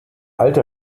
alte